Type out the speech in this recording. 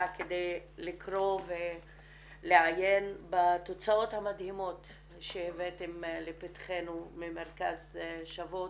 כדי לקרוא ולעיין בתוצאות המדהימות שהבאתם לפתחנו ממרכז שוות.